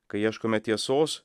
kai ieškome tiesos